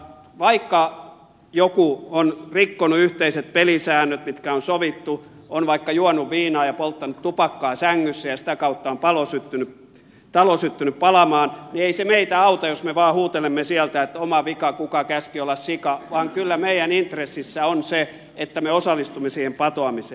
vaikka joku on rikkonut yhteiset pelisäännöt mitkä on sovittu on vaikka juonut viinaa ja polttanut tupakkaa sängyssä ja sitä kautta on talo syttynyt palamaan niin ei se meitä auta jos me vaan huutelemme sieltä että oma vika kuka käski olla sika vaan kyllä meidän intressissämme on se että me osallistumme siihen patoamiseen